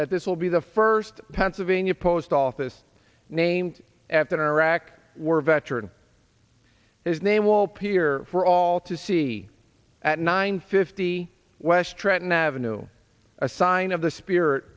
that this will be the first pennsylvania post office named after iraq war veteran his name walpi here for all to see at nine fifty west trenton avenue a sign of the spirit